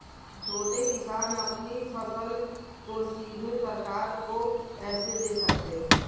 छोटे किसान अपनी फसल को सीधे सरकार को कैसे दे सकते हैं?